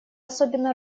особенно